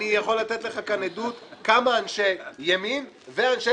אני יכול להעיד כאן כמה אנשי ימין ואנשי